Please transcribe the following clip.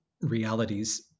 realities